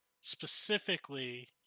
specifically